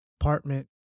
apartment